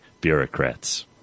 bureaucrats